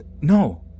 no